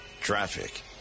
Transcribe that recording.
traffic